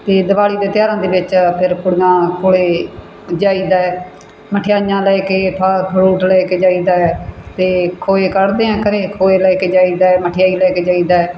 ਅਤੇ ਦੀਵਾਲੀ ਦੇ ਤਿਉਹਾਰਾਂ ਦੇ ਵਿੱਚ ਫੇਰ ਕੁੜੀਆਂ ਕੋਲ ਜਾਈਦਾ ਮਠਿਆਈਆਂ ਲੈ ਕੇ ਫਲ ਫਰੂਟ ਲੈ ਕੇ ਜਾਈਦਾ ਅਤੇ ਖੋਏ ਕੱਢਦੇ ਹੈ ਘਰ ਖੋਏ ਲੈ ਕੇ ਜਾਈਦਾ ਮਠਿਆਈ ਲੈ ਕੇ ਜਾਈਦਾ